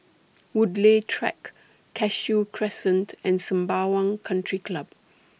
Woodleigh Track Cashew Crescent and Sembawang Country Club